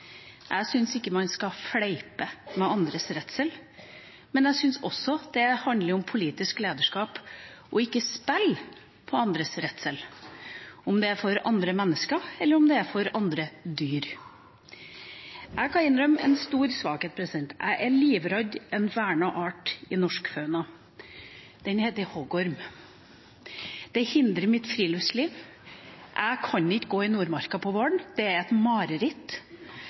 Jeg syns ikke man skal fleipe med andres redsel, men jeg syns også at det handler om politisk lederskap ikke å spille på andres redsel – enten det er redsel for andre mennesker, eller det er for andre dyr. Jeg kan innrømme en stor svakhet: Jeg er livredd en vernet art i norsk fauna – den heter hoggorm. Det hindrer mitt friluftsliv. Jeg kan ikke gå i Nordmarka om våren. Det er et mareritt.